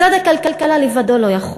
משרד הכלכלה לבדו לא יכול.